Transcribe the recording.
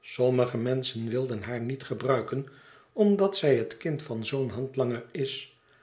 sommige menschen willen haar niet gebruiken omdat zij het kind van zoo'n handlanger is